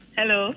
Hello